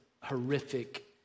horrific